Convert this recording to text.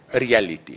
reality